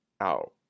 out